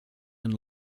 and